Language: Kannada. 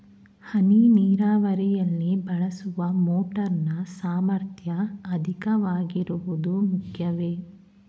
ಹನಿ ನೀರಾವರಿಯಲ್ಲಿ ಬಳಸುವ ಮೋಟಾರ್ ನ ಸಾಮರ್ಥ್ಯ ಅಧಿಕವಾಗಿರುವುದು ಮುಖ್ಯವೇ?